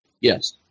Yes